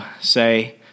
say